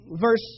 verse